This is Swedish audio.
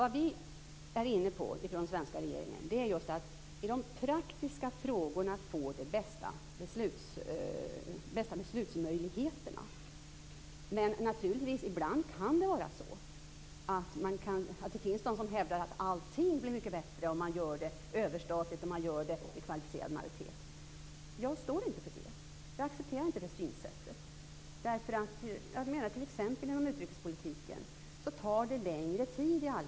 Vad vi är inne på från den svenska regeringens sida är just att i de praktiska frågorna få de bästa beslutsmöjligheterna. Men det finns naturligtvis de som hävdar att allting blir mycket bättre om man gör det överstatligt och fattar beslut med kvalificerad majoritet. Jag står inte för det. Jag accepterar inte detta synsätt, därför att inom t.ex. utrikespolitiken tar det i allmänhet längre tid.